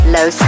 Low